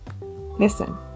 listen